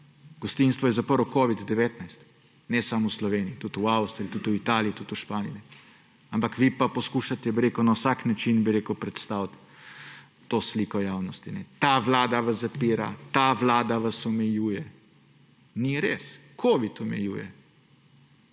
Gostinstvo je zaprl covid-19. Ne samo v Sloveniji, tudi v Avstriji, tudi v Italiji, tudi v Španiji. Ampak vi pa poskušate, bi rekel, na vsak način predstaviti to sliko v javnosti: ta vlada vas zapira, ta vlada vas omejuje. Ni res! Covid omejuje,